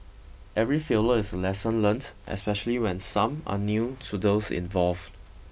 every failure is a lesson learnt especially when some are new to those involved